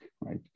right